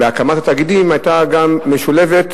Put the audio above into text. בהקמת התאגידים היה משולב גם,